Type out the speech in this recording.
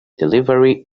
delivery